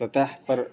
سطح پر